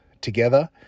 together